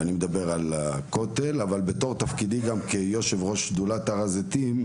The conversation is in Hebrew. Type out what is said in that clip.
ואני מדבר על הכותל אבל גם מתוקף תפקידי כיושב ראש שדולת הר הזיתים.